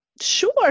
Sure